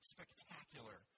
Spectacular